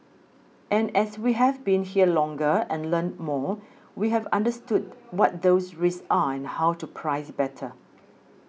and as we have been here longer and learnt more we have understood what those risks are and how to price better